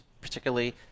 particularly